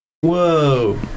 Whoa